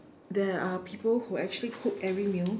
there are people who actually cook every meal